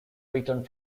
returned